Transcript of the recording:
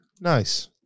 nice